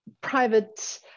private